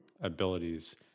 abilities